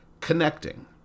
connecting